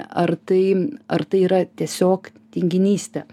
ar tai ar tai yra tiesiog tinginystė